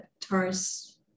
Taurus